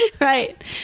Right